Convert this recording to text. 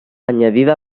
añadida